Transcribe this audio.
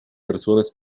personas